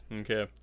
Okay